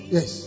Yes